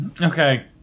Okay